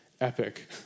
epic